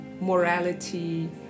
morality